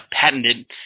patented